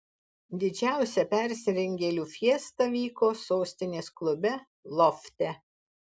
didžiausia persirengėlių fiesta vyko sostinės klube lofte